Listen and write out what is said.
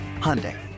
Hyundai